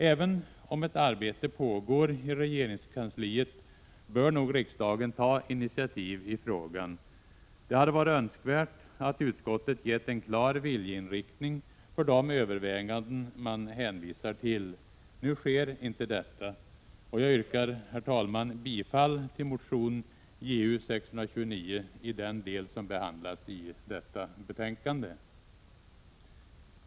Även om ett arbete pågår i regeringskansliet, bör nog riksdagen ta initiativ i frågan. Det hade varit önskvärt att utskottet angivit en klar viljeinriktning för de överväganden man hänvisar till. Nu sker inte detta. Jag yrkar, herr talman, bifall till motion Ju629 i den del som behandlas i detta betänkande.